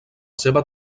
seva